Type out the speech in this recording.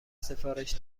سفارش